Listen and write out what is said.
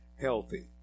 healthy